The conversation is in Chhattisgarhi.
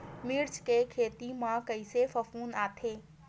मिर्च के खेती म कइसे फफूंद आथे?